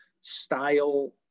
style